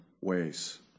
ways